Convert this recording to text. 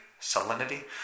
Salinity